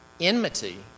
enmity